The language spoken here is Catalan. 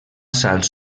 sals